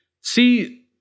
See